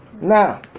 Now